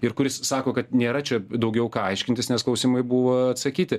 ir kuris sako kad nėra čia daugiau ką aiškintis nes klausimai buvo atsakyti